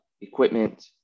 equipment